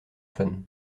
fun